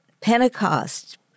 Pentecost